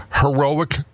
heroic